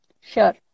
sure